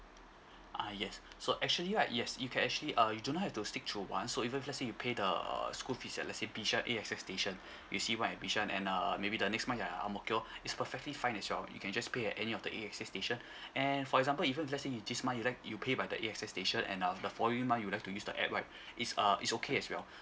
ah yes so actually right yes you can actually uh you do not have to stick to one so even if let's say you pay the uh school fees at let's say bishan A_X_S station you see one at bishan and err maybe the next month you're at ang mo kio it's perfectly fine as well you can just pay at any of the A_X_S station and for example even if let's say you this month you like you pay by the A_X_S station and uh the following month you like to use the app right it's uh it's okay as well